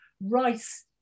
rice